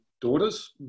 daughters